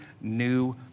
new